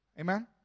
Amen